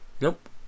Nope